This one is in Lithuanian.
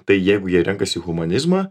tai jeigu jie renkasi humanizmą